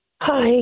Hi